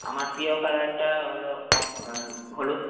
আমার প্রিয় কালারটা হলো হলুদ